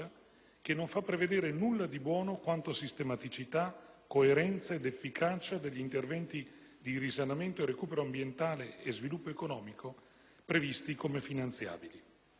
che non fa prevedere nulla di buono quanto a sistematicità, coerenza ed efficacia degli interventi di risanamento e recupero ambientale e sviluppo economico, previsti come finanziabili.